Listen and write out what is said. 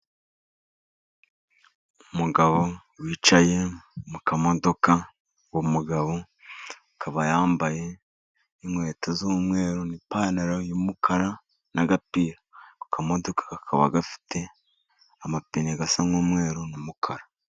Umugabo wicaye mu kamodoka, uwo mugabo akaba yambaye inkweto z'umweru, n'ipantaro y'umukara, n'agapira, ako kamodoka kakaba gafite amapine, asa n'umweru n,umukara.